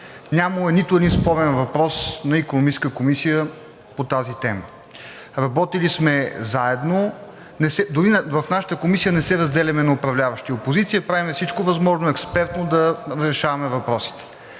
е нито един спорен въпрос на Икономическата комисия по тази тема. Работили сме заедно. Дори в нашата комисия не се разделяме на управляващи и опозиция, правим всичко възможно експертно да решаваме въпросите.